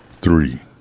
Three